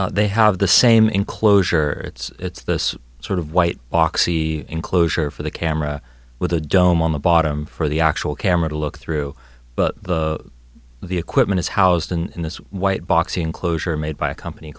they have the same enclosure it's this sort of white oxy enclosure for the camera with a dome on the bottom for the actual camera to look through but the the equipment is housed in this white box enclosure made by a company